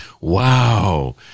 Wow